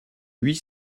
huit